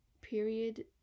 Period